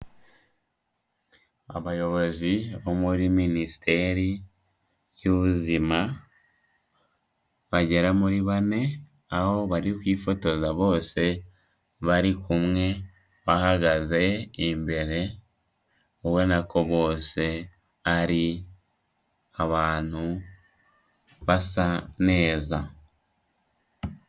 Abayobozi bo muri minisiteri y'ubuzima bagera muri bane, aho bari kwifotoza bose, bari kumwe, bahagaze imbere, ubona ko bose ari abantu basa neza.